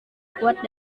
kuat